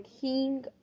king